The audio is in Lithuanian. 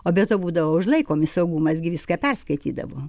o be to būdavo užlaikomi saugumas gi viską perskaitydavo